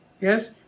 Yes